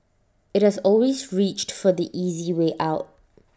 IT has always reached for the easy way out